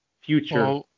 future